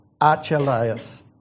Archelaus